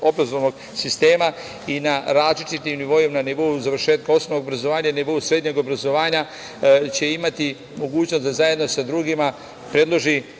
obrazovnog sistema i na različitim nivoima, na nivou završetka osnovnog obrazovanja i na nivou srednjeg obrazovanja će imati mogućnost da zajedno sa drugima predloži